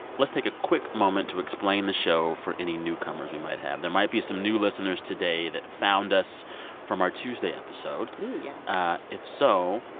let's take a quick moment to explain this show for any newcomers we might have. there might be some new listeners today that found us from our tuesday episode yeah if so,